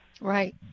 Right